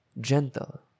Gentle